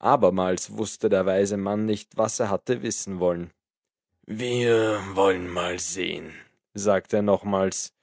abermals wußte der weise mann nicht was er hatte wissen wollen wir wollen mal sehen sagte er nochmals